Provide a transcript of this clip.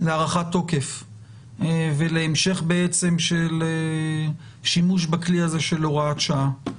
תוקף ולהמשך של השימוש בכלי הזה של הוראת שעה.